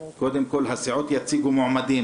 שהסיעות יציגו מועמדים